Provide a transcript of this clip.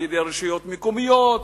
על-ידי רשויות מקומיות,